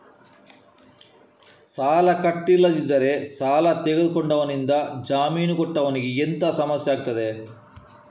ಸಾಲ ಕಟ್ಟಿಲ್ಲದಿದ್ದರೆ ಸಾಲ ತೆಗೆದುಕೊಂಡವನಿಂದ ಜಾಮೀನು ಕೊಟ್ಟವನಿಗೆ ಎಂತ ಸಮಸ್ಯೆ ಆಗ್ತದೆ?